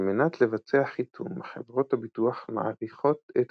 על מנת לבצע חיתום, חברות הביטוח מעריכות את